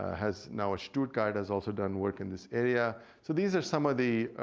ah has now ah stuttgart has also done work in this area. so these are some of the